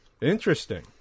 Interesting